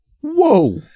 Whoa